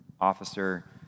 officer